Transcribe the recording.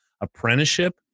Apprenticeship